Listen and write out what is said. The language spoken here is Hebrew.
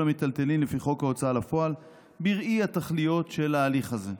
המיטלטלין לפי חוק ההוצאה לפועל בראי התכליות של ההליך הזה,